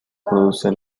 produce